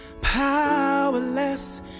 powerless